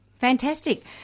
Fantastic